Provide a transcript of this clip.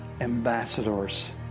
ambassadors